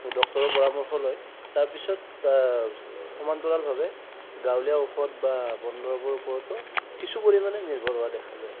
ডক্তৰৰ পৰামৰ্শ লয় তাৰপিছত সমান্তৰালভাৱে গাঁৱলীয়া ঔষধ বা বন দৰৱৰ ওপৰতো কিছু পৰিমাণে নিৰ্ভৰ হোৱা দেখা যায়